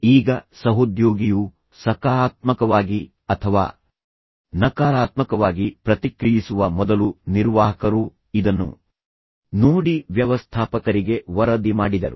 ಈಗ ಸಹೋದ್ಯೋಗಿಯು ಸಕಾರಾತ್ಮಕವಾಗಿ ಅಥವಾ ನಕಾರಾತ್ಮಕವಾಗಿ ಪ್ರತಿಕ್ರಿಯಿಸುವ ಮೊದಲು ನಿರ್ವಾಹಕರು ಇದನ್ನು ನೋಡಿ ವ್ಯವಸ್ಥಾಪಕರಿಗೆ ವರದಿ ಮಾಡಿದರು